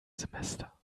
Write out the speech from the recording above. semester